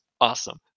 Awesome